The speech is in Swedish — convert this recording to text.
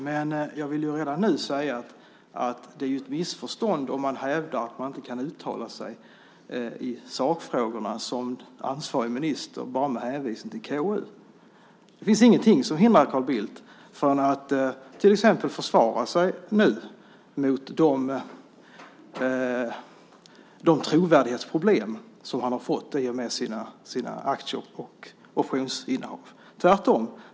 Men jag vill redan nu säga att det är ett missförstånd om man hävdar att man inte kan uttala sig i sakfrågorna som ansvarig minister bara med hänvisning till KU. Det finns ingenting som hindrar Carl Bildt från att till exempel försvara sig nu mot de trovärdighetsproblem som han har fått i och med sina aktier och optionsinnehav, tvärtom.